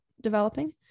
developing